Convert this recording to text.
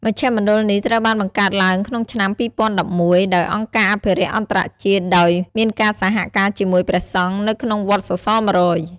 មជ្ឈមណ្ឌលនេះត្រូវបានបង្កើតឡើងក្នុងឆ្នាំ ២០១១ ដោយអង្គការអភិរក្សអន្តរជាតិដោយមានការសហការជាមួយព្រះសង្ឃនៅក្នុងវត្តសសរ ១០០ ។